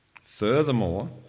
Furthermore